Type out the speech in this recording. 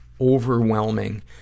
overwhelming